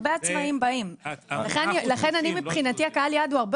הרבה עצמאיים באים לכן אני מבחינתי הקהל יעד הוא הרבה